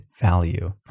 value